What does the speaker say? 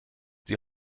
die